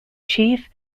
chief